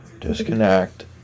Disconnect